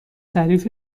تعریف